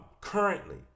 currently